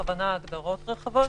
בכוונה ההגדרות רחבות,